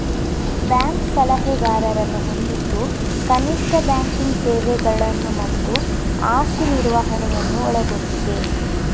bank ಸಲಹೆಗಾರರನ್ನು ಹೊಂದಿದ್ದು ಕನಿಷ್ಠ ಬ್ಯಾಂಕಿಂಗ್ ಸೇವೆಗಳನ್ನು ಮತ್ತು ಆಸ್ತಿ ನಿರ್ವಹಣೆಯನ್ನು ಒಳಗೊಂಡಿದೆ